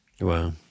Wow